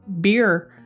beer